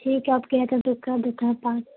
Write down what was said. ٹھیک ہے آپ کہتے ہیں تو کر دیتے ہیں پانچ